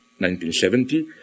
1970